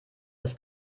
das